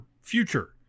future